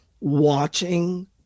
watching